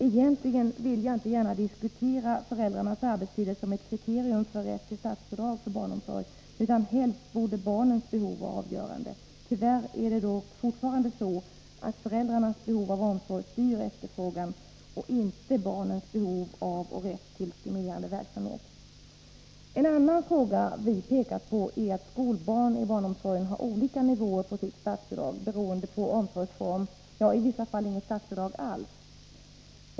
Egentligen vill jag inte gärna diskutera föräldrarnas arbetstider som ett kriterium för rätt till statsbidrag för barnomsorg. Helst borde barnens behov vara avgörande. Tyvärr är det fortfarande föräldrarnas behov av barnomsorg som styr efterfrågan och inte barnens behov av och rätt till stimulerande verksamhet. En annan fråga som vi har pekat på är att skolbarn i barnomsorgen har olika nivåer på sitt statsbidrag beroende på omsorgsform. I vissa fall har de inget statsbidrag alls.